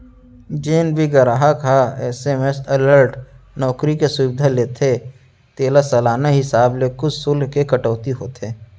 जेन भी गराहक ह एस.एम.एस अलर्ट नउकरी के सुबिधा लेथे तेला सालाना हिसाब ले कुछ सुल्क के कटौती होथे